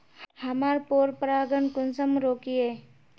हमार पोरपरागण कुंसम रोकीई?